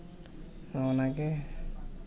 ᱚᱱᱟᱜᱮ